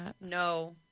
No